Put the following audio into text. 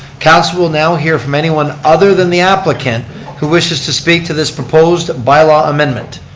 council will now hear from anyone other than the applicant who wishes to speak to this proposed bylaw amendment.